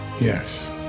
Yes